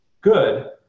good